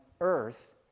earth